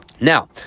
Now